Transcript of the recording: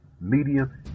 medium